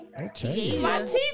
Okay